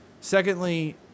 Secondly